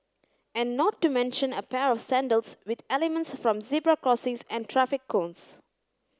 and not to mention a pair of sandals with elements from zebra crossings and traffic cones